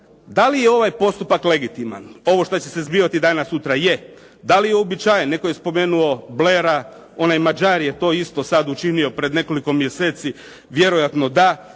Da li je ovaj postupak legitiman ovo što će se zbivati danas, sutra? Je. Da li je uobičajen. Netko je spomenuo Blaira. Onaj Mađar je to isto sad učinio pred nekoliko mjeseci. Vjerojatno da,